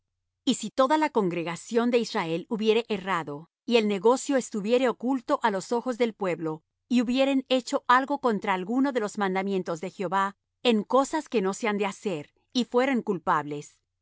y si toda la congregación de israel hubiere errado y el negocio estuviere oculto á los ojos del pueblo y hubieren hecho algo contra alguno de los mandamientos de jehová en cosas que no se han de hacer y fueren culpables